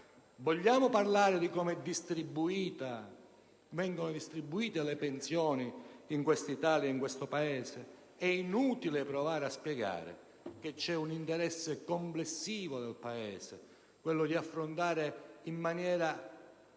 Vogliamo parlare di come vengono distribuite le pensioni in Italia? È inutile provare a spiegare che c'è un interesse complessivo del Paese, quello di affrontare in maniera